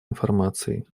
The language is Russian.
информацией